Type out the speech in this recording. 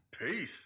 Peace